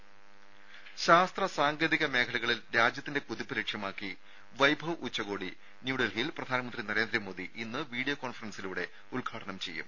രാമ ശാസ്ത്രസാങ്കേതിക മേഖലകളിൽ രാജ്യത്തിന്റെ കുതിപ്പ് ലക്ഷ്യമാക്കി വൈഭവ് ഉച്ചകോടി ന്യൂഡൽഹിയിൽ പ്രധാനമന്ത്രി നരേന്ദ്രമോദി ഇന്ന് വീഡിയോ കോൺഫറൻസിലൂടെ ഉദ്ഘാടനം ചെയ്യും